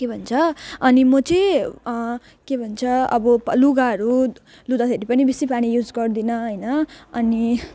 के भन्छ अनि म चाहिँ के भन्छ अब लुगाहरू धुँदाखेरि पनि बेसी पानी युज गर्दिनँ होइन अनि